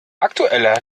aktueller